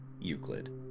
Euclid